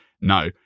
No